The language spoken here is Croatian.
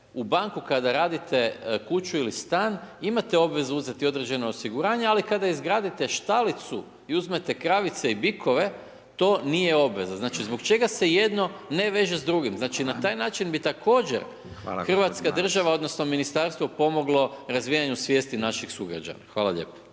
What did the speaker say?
u banku, kada radite kuću ili stan, imate obvezu uzeti određeno osiguranje, ali kada izgradite štalicu i uzmete kravice i bikove, to nije obveza. Znači, zbog čega se jedno ne veže s drugim. Znači, na taj način bi također hrvatska država odnosno Ministarstvo pomoglo razvijanju svijesti naših sugrađana. **Radin,